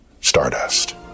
stardust